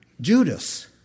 Judas